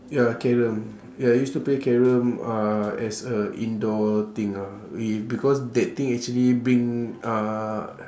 ya carrom ya I used to play carrom uh as a indoor thing ah we because that thing actually bring uh